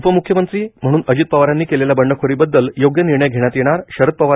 उपम्ख्यमंत्री म्हणून अजित पवारांनी केलेल्या बंडखोरीबददल योग्य निर्णय घेण्यात येणार शरद पवार